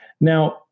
Now